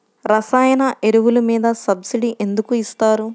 రసాయన ఎరువులు మీద సబ్సిడీ ఎందుకు ఇస్తారు?